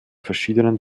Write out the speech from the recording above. verschiedenen